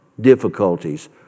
difficulties